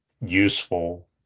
useful